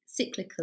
cyclically